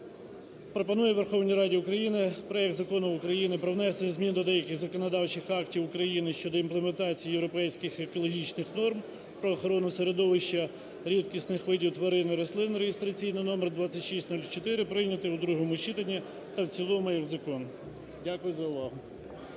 пропонує Верховній Раді України проект Закону України про внесення змін до деяких законодавчих актів України щодо імплементації європейських екологічних норм про охорону середовища, рідкісних видів тварин і рослин, реєстраційний номер 2604, прийнятий у другому читанні та в цілому як закон. Дякую за увагу.